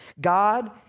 God